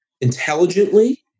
intelligently